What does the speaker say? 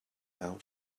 out